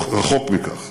רחוק מכך.